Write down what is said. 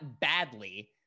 badly